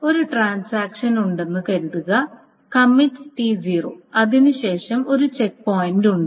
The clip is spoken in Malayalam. ഒരു ട്രാൻസാക്ഷൻ ഉണ്ടെന്ന് കരുതുക കമ്മിറ്റ് T0 അതിനുശേഷം ഒരു ചെക്ക് പോയിന്റ് ഉണ്ട്